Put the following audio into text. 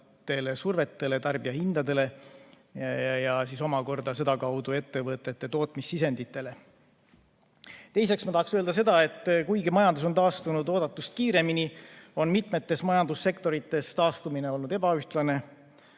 tuleneva survega tarbijahindadele ja omakorda sedakaudu ettevõtete tootmissisenditele. Teiseks tahan öelda seda, et kuigi majandus on taastunud oodatust kiiremini, on mitmetes majandussektorites taastumine olnud ebaühtlane